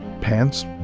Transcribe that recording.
pants